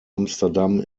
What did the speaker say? amsterdam